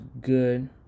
good